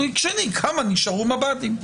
טור שני כמה מב"דים נשארו.